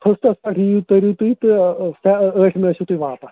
فٔسٹَس پٮ۪ٹھ یِیِو تٔرِو تُہۍ تہٕ ٲٹھمہِ ٲسِو تُہۍ واپَس